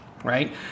Right